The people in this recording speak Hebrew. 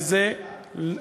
וזה,